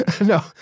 No